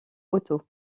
auto